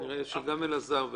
אלעזר,